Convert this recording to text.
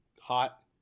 hot